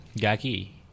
Gaki